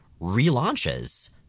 relaunches